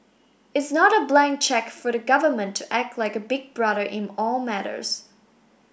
it's not a blank cheque for the government to act like a big brother in all matters